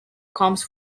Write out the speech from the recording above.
comes